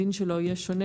הדין שלו יהיה שונה,